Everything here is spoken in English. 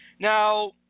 now